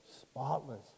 spotless